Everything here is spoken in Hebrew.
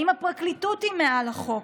האם הפרקליטות היא מעל החוק?